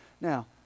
Now